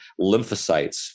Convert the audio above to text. lymphocytes